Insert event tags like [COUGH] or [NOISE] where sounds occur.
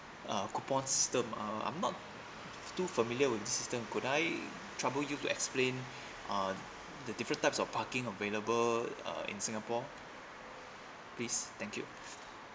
uh coupon system uh I'm not too familiar with the system could I trouble you to explain [BREATH] uh the different types of parking available uh in singapore please thank you